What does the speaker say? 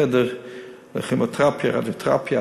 חדר לכימותרפיה, רדיותרפיה